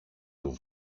του